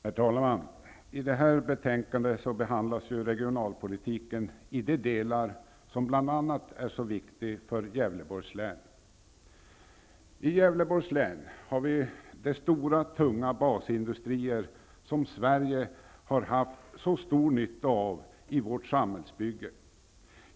Fru talman! I detta betänkande behandlas regionalpolitiken i de delar som bl.a. är så viktiga för Gävleborgs län. I Gävleborgs län har vi de stora tunga basindustrier som Sverige har haft så stor nytta av i vårt samhällsbygge.